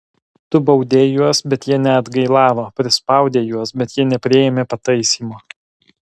tu baudei juos bet jie neatgailavo prispaudei juos bet jie nepriėmė pataisymo